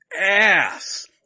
ass